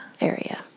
area